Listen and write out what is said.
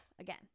Again